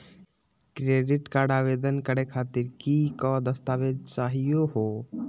Credit card आवेदन करे खातीर कि क दस्तावेज चाहीयो हो?